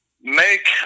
make